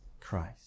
Christ